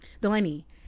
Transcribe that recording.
Delaney